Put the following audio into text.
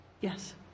Yes